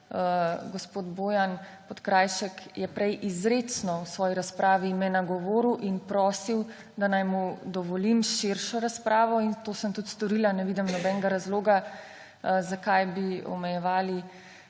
gospod Bojan Podkrajšek me je prej izrecno v svoji razpravi nagovoril in prosil, naj mu dovolim širšo razpravo; in to sem tudi storila. Ne vidim nobenega razloga, zakaj bi omejevali